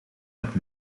met